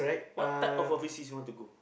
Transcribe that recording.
what type of overseas you want to go